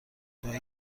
دایی